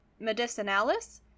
medicinalis